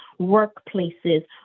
workplaces